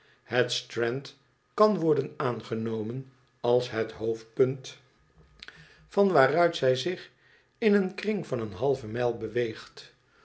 het strand kan worden aangenomen als het hoofdpunt van waaruit zij zich in een kring van een halve mijl beweegt